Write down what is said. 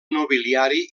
nobiliari